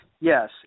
Yes